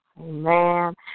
Amen